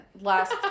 last